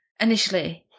initially